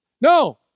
no